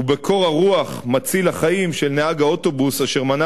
ובקור הרוח מציל החיים של נהג האוטובוס אשר מנע